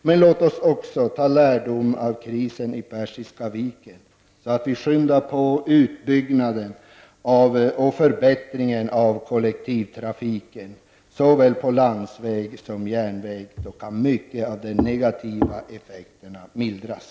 Men låt oss också dra lärdom av krisen i Persiska viken, så att vi skyndar på utbyggnaden och förbättringen av kollektivtrafiken på såväl landsväg som järnväg. Då kan mycket av de negativa effekterna mildras.